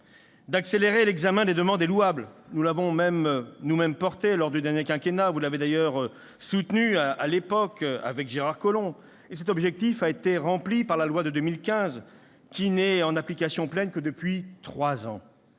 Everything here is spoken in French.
d'accélérer l'examen des demandes est louable ; nous l'avons nous-mêmes porté lors du dernier quinquennat et vous l'aviez d'ailleurs soutenu à l'époque, avec Gérard Collomb. Et cet objectif a été rempli par la loi de 2015, qui n'est de pleine application que depuis trois ans.